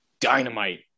dynamite